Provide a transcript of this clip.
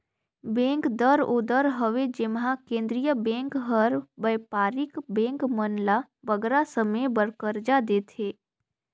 bank दर ओ दर हवे जेम्हां केंद्रीय बेंक हर बयपारिक बेंक मन ल बगरा समे बर करजा देथे